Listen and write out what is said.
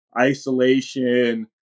Isolation